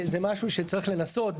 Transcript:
זה משהו שצריך לנסות,